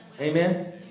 Amen